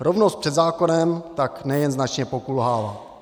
Rovnost před zákonem tak nejen značně pokulhává.